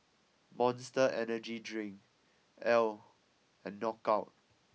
Monster Energy Drink Elle and Knockout